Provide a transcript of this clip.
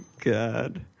God